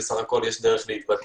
בסך הכול יש דרך להתבטא,